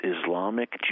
Islamic